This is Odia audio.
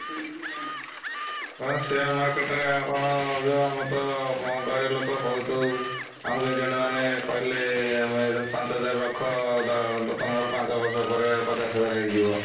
ସେୟାର ମାର୍କେଟରେ ଆପଣ ଯେଉଁ ଆମେ ତ ଗରିବ ଲୋକ ବହୁତ ଆମକୁ ଏଜେଣ୍ଟମାନେ କହିଲେ ପାଞ୍ଚ ହଜାର ରଖ ତମର ପାଞ୍ଚ ବର୍ଷ ପରେ ପଚାଶ ହଜାର ହେଇଯିବ